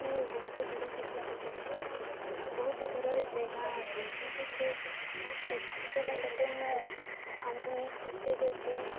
ତୁ ବହୁତ ଦୂରକୁ ଯିବାକୁ ଚେଷ୍ଟା କରୁଛୁ ବହୁତ ଦୂରରେ ସେ ଗାଁ ଅଛି କିନ୍ତୁ ସେ ସେ ତତେ ମୁଁ ଆମକୁ ନେଇ ପଶ ତେଁ ଦେ ତୁଇ